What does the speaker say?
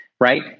right